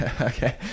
Okay